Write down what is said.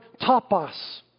tapas